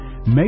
make